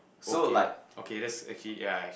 okay okay that's actually ya